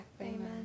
Amen